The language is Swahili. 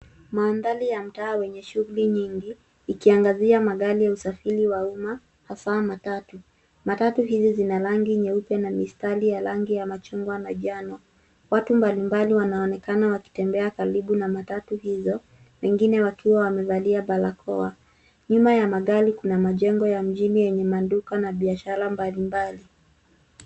Mandhari ya mtaa wenye shughuli nyingi, ikiangazia magari ya usafiri wa uma hasaa matatu. Matatu hizi zina rangi nyeupe na mistari ya rangi ya machungwa na njano. Watu mbalimali wanaonekana wakitembea karibu na matatu hiyo wengine wakiwa wamevalia barakoa. Nyuma ya magari kuna majengo ya mjini yenye maduka na bishara mbalimbali.